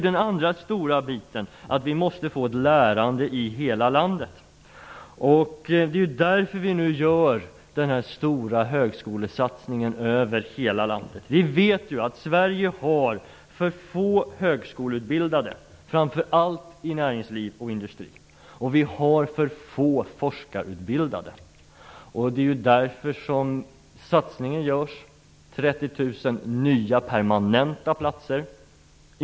Den andra stora biten handlar om att vi måste få ett lärande i hela landet. Därför genomför vi nu den stora högskolesatsningen över hela landet. Vi vet att Sverige har för få högskoleutbildade, framför allt i näringslivet och i industrin. Och vi har för få forskarutbildade. Därför görs den här satsningen. Det skall bli 30 000 nya permanenta platser.